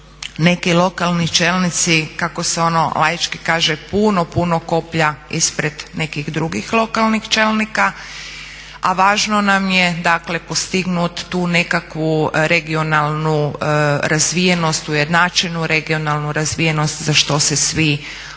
neki lokalni čelnici kako se ono laički kaže puno, puno koplja ispred nekih drugih lokalnih čelnika, a važno nam je dakle postignut tu nekakvu regionalnu razvijenost, ujednačenu regionalnu razvijenost za što se svi zalažemo.